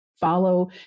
follow